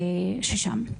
ששם.